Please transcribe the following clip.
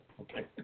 okay